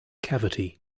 cavity